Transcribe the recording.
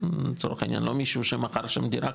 לצורך העניין לא מישהו שמכר שם דירה,